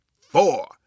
four